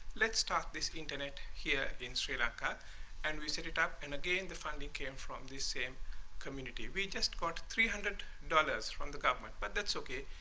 let's start this internet here in sri lanka and we set it up and again the funding came from the same community. we just got three hundred dollars from the government, but that's okay,